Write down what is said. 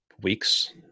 weeks